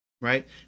right